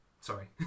Sorry